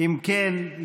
אם כן,